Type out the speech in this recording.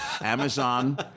Amazon